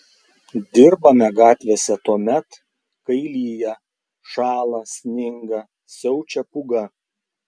dirbame gatvėse tuomet kai lyja šąla sninga siaučia pūga